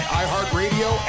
iHeartRadio